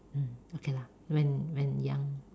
mm okay lah when when young